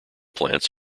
plants